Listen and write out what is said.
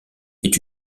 est